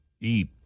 eat